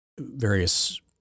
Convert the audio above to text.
various